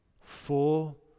full